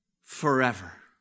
forever